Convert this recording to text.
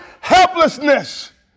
helplessness